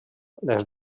les